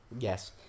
Yes